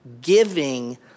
giving